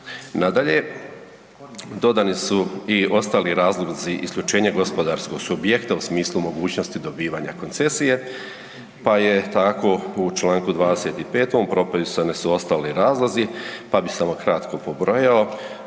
Nadalje, dodani su i ostali razlozi isključenje gospodarskog subjekta u smislu mogućnosti dobivanja koncesije pa je tako u čl. 25. propisane su ostali razlozi, pa bih samo kratko pobrojao.